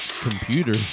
computer